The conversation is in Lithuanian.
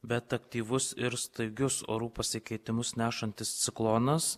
bet aktyvus ir staigius orų pasikeitimus nešantis ciklonas